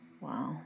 Wow